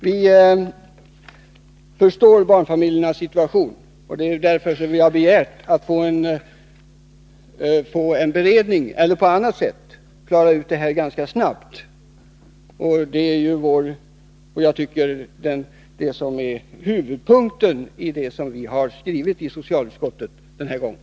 Vi förstår barnfamiljernas situation, och det är därför som vi har begärt att genom en beredning eller på annat sätt ganska snabbt klara ut detta. Det är detta som är huvudpunkten i det som vi skrivit i socialutskottet den här gången.